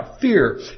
fear